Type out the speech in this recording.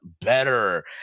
better